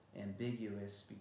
ambiguous